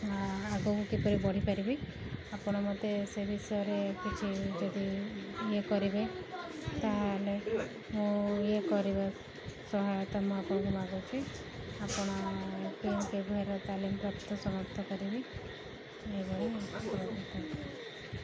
ଆଗକୁ କିପରି ବଢ଼ିପାରିବି ଆପଣ ମୋତେ ସେ ବିଷୟରେ କିଛି ଯଦି ଇଏ କରିବେ ତା'ହେଲେ ମୁଁ ଇଏ କରିବା ସହାୟତା ମୁଁ ଆପଣଙ୍କୁ ମାଗୁଛି ଆପଣ ଲୋକ ପିଏମ୍କେଭିୱାଇର ତାଲିମପ୍ରାପ୍ତ ସମାପ୍ତ କରିବି ଏହିଭଳି